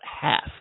half